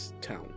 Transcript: town